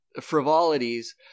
frivolities